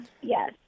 yes